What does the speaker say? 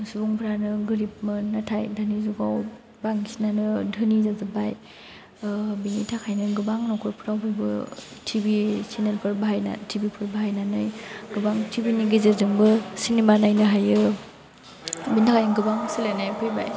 सुबुंफ्रानो गोरिबमोन नाथाय दानि जुगाव बांसिननानो धोनि जाजोब्बाय बिनि थाखायनो गोबां नखरफ्राव बयबो टि भि सेनेलफोर बाहायना टि भिफोर बाहायनानै गोबां टि भिनि गेजेरजोंबो सिनिमा नायनो हायो बिनि थाखायनो गोबां सोलायनाय फैबाय